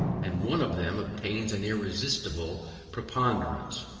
and one of them obtains an irresistible preponderance,